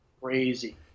Crazy